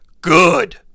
good